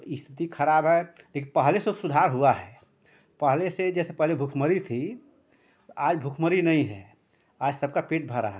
तो स्थिति खराब है लेक पहले से सुधार हुआ है पहले से जैसे पहले भूखमरी थी आज भूखमरी नही है आज सबका पेट भरा है